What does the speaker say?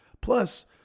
Plus